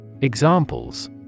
Examples